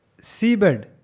seabed